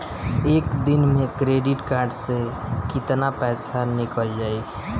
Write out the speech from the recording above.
एक दिन मे क्रेडिट कार्ड से कितना पैसा निकल जाई?